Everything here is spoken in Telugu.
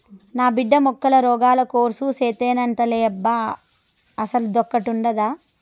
నా బిడ్డ మొక్కల రోగాల కోర్సు సేత్తానంటాండేలబ్బా అసలదొకటుండాదా